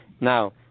Now